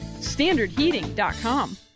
standardheating.com